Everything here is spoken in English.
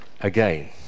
again